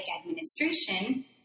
administration